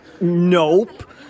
Nope